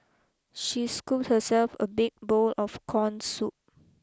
she scooped herself a big bowl of corn soup